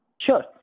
Sure